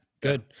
good